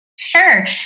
Sure